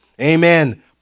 Amen